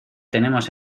tenemos